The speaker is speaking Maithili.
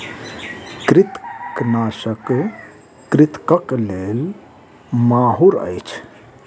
कृंतकनाशक कृंतकक लेल माहुर अछि